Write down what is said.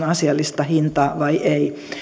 asiallista hintaa vai ei